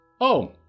Oh